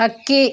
ಹಕ್ಕಿ